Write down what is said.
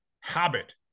habit